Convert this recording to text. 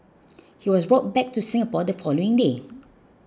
he was brought back to Singapore the following day